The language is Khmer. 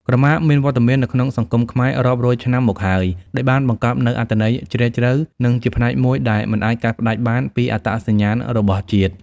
ក្រមាមានវត្តមាននៅក្នុងសង្គមខ្មែររាប់រយឆ្នាំមកហើយ ដោយបានបង្កប់នូវអត្ថន័យជ្រាលជ្រៅ និងជាផ្នែកមួយដែលមិនអាចកាត់ផ្តាច់បានពីអត្តសញ្ញាណរបស់ជាតិ។